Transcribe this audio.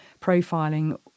profiling